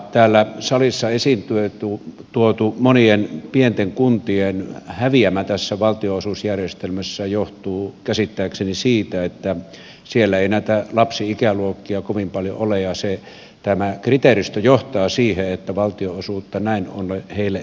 täällä salissa esiin tuotu monien pienten kuntien häviämä tässä valtionosuusjärjestelmässä johtuu käsittääkseni siitä että siellä ei näitä lapsi ikäluokkia kovin paljon ole ja tämä kriteeristö johtaa siihen että valtionosuutta näin ollen heille ei tule